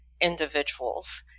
individuals